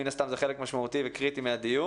מן הסתם זה חלק משמעותי וקריטי מהדיון.